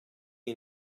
you